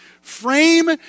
Frame